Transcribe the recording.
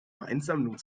weinsammlung